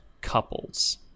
couples